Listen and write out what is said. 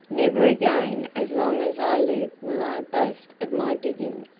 never again as long as i live will i boast of my digging,